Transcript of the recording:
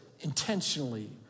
intentionally